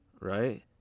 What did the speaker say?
Right